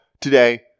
today